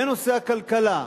בנושא הכלכלה,